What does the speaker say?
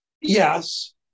Yes